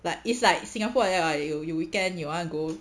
like it's like singapore like that [what] you you weekend you want to go